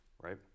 right